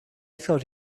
thought